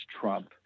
Trump